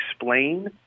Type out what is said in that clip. explain